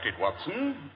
Watson